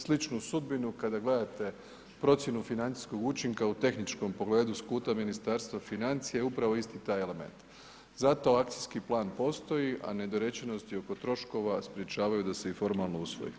Sličnu sudbinu kada gledate procjenu financijskog učinka u tehničkom pogledu s kuta Ministarstva financija je upravo isti taj element, zato akcijski plan postoji, a nedorečenost i oko troškova sprječavaju da se i formalno usvoji.